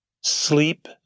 Sleep